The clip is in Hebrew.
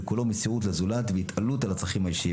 שכולו מסירות לזולת והתעלות על הצרכים האישיים.